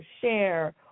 share